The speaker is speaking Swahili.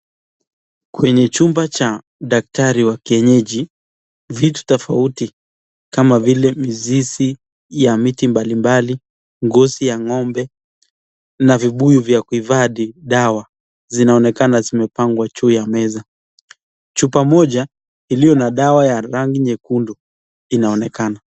Kwenye chumba cha daktari wa kienyeji vitu tofauti kama vile ,mizizi ya miti mbali mbali ngozi ya ng'ombe na vibuyu vya kuhifadhi dawa zinaonekana zimepangwa juu ya meza , chupa moja iliyo na dawa ya rangi nyekundu inaonekana.